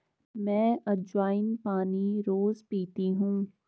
मैं अज्वाइन पानी रोज़ पीती हूँ